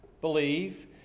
believe